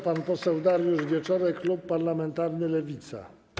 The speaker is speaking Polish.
Pan poseł Dariusz Wieczorek, klub parlamentarny Lewica.